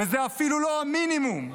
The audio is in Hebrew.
-- וזה אפילו לא המינימום.